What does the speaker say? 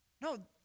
no